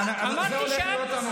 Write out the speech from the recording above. סליחה, זה הולך להיות הנושא?